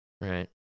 Right